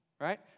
Right